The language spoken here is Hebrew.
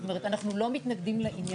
זאת אומרת, אנחנו לא מתנגדים לעניין.